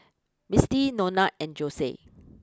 Mistie Nona and Jose